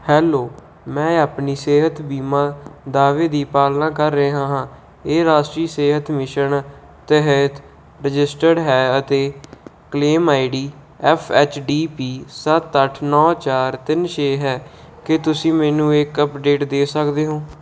hello ਮੈਂ ਆਪਣੇ ਸਿਹਤ ਬੀਮਾ ਦਾਅਵੇ ਦੀ ਪਾਲਣਾ ਕਰ ਰਿਹਾ ਹਾਂ ਇਹ ਰਾਸ਼ਟਰੀ ਸਿਹਤ ਮਿਸ਼ਨ ਤਹਿਤ ਰਜਿਸਟਰਡ ਹੈ ਅਤੇ claim I D F H D P ਸੱਤ ਅੱਠ ਨੌਂ ਚਾਰ ਤਿੰਨ ਛੇ ਹੈ ਕੀ ਤੁਸੀਂ ਮੈਨੂੰ ਇੱਕ ਅਪਡੇਟ ਦੇ ਸਕਦੇ ਹੋ